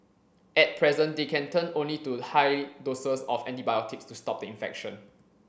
at present they can turn only to high doses of antibiotics to stop the infection